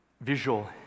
visual